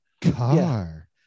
Car